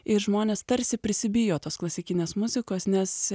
ir žmonės tarsi prisibijo tos klasikinės muzikos nes